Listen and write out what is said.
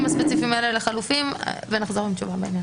הספציפיים האלה לחלופיים ונחזור עם תשובה בעניין